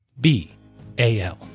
B-A-L